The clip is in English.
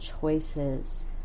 choices